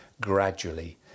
gradually